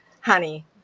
honey